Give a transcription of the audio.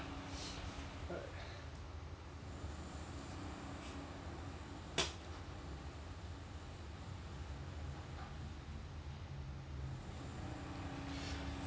uh